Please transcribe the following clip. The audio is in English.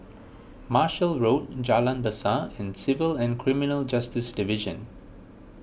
Marshall Road Jalan Besar and Civil and Criminal Justice Division